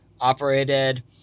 operated